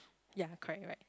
ya correct right